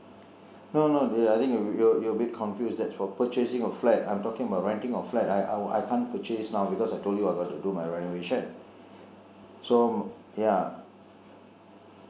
no no I think you~ you're a bit confused that's for purchasing of flat I am talking about renting of flat I I can't purchase now because I told you I got to do my renovation so ya